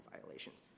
violations